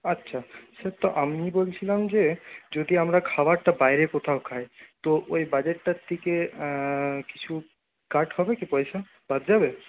আচ্ছা স্যার তো আমি বলছিলাম যে যদি আমরা খাবারটা বাইরে কোথাও খাই তো ওই বাজেটটার থেকে কিছু কাট হবে কি পয়সা বাদ যাবে